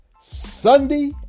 Sunday